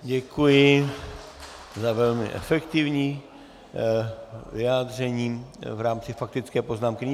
Děkuji za velmi efektivní vyjádření v rámci faktické poznámky.